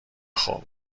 خوب